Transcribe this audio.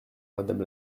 madame